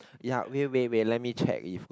ya wait wait wait let me check if got